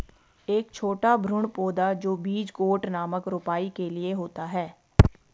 एक छोटा भ्रूण पौधा जो बीज कोट नामक रोपाई के लिए होता है